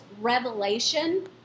revelation